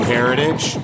Heritage